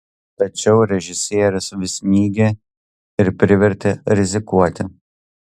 tačiau režisierius vis mygė ir privertė rizikuoti